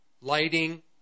lighting